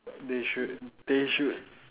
they should they should